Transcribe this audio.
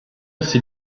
ses